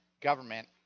government